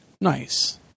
Nice